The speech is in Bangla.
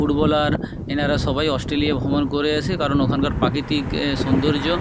ফুটবলার এনারা সবাই অস্ট্রেলিয়া ভ্রমণ করে আসে কারণ ওখানকার প্রাকৃতিক সৌন্দর্য